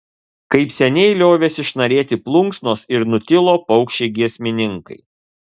kaip seniai liovėsi šnarėti plunksnos ir nutilo paukščiai giesmininkai